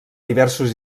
diversos